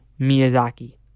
Miyazaki